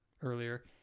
earlier